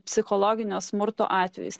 psichologinio smurto atvejis